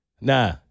Nah